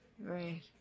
right